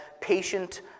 patient